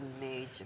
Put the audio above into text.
major